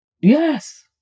Yes